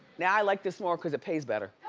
now i like this more cause it pays better.